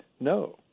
no